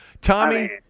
Tommy